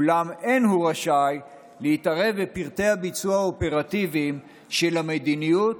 אולם אין הוא רשאי להתערב בפרטי הביצוע האופרטיביים של המדיניות,